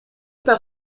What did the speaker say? par